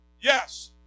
yes